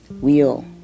wheel